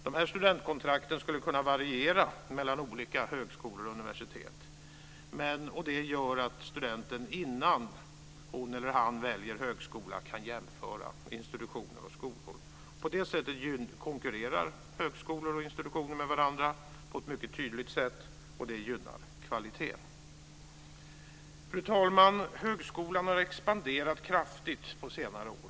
De här studentkontrakten skulle kunna variera mellan olika högskolor och universitet. Det gör att studenten innan hon eller han väljer högskola kan jämföra institutioner och skolor. På det sättet konkurrerar högskolor och institutioner med varandra på ett mycket tydligt sätt, och det gynnar kvaliteten. Fru talman! Högskolan har expanderat kraftigt på senare år.